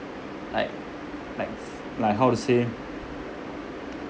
like like like how to say